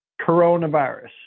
coronavirus